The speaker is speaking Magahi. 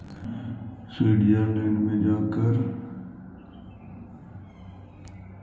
स्विट्ज़रलैंड में कर कम लग हई एहि चलते उ एगो टैक्स हेवन देश हई